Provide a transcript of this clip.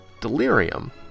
Delirium